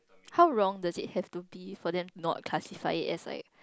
how long does it have to be for them not classified it as like